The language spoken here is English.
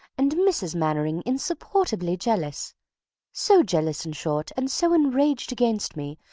and mrs. mainwaring insupportably jealous so jealous, in short, and so enraged against me,